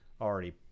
already